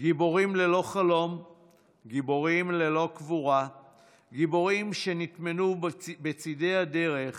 גיבורים ללא חלום / גיבורים ללא קבורה / גיבורים שנטמנו בצידי הדרך